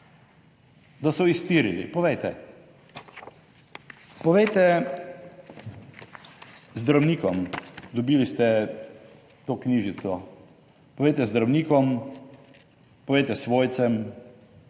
da so iztirili, povejte. Povejte zdravnikom, dobili ste to knjižico, povejte zdravnikom, povejte svojcem,